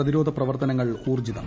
പ്രതിരോധ പ്രവർത്തനങ്ങൾ ഊർജ്ജിതം